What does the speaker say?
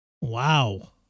Wow